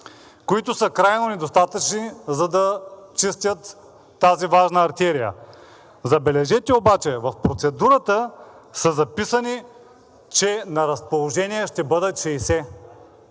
които са крайно недостатъчни, за да чистят тази важна артерия. Забележете обаче, в процедурата са записани, че на разположение ще бъдат 60.